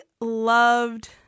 loved